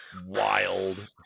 Wild